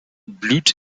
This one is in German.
blüht